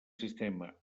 sistema